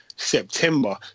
September